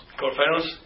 Quarterfinals